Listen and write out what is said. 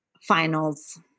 Finals